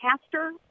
pastor